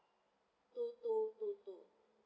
two two two two